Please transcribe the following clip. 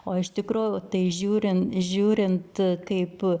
o iš tikrųjų tai žiūrint žiūrint kaip